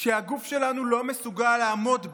שהגוף שלנו לא מסוגל לעמוד בה.